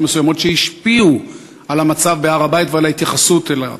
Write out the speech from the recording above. מסוימות שהשפיעו על המצב בהר-הבית ועל ההתייחסות אליו.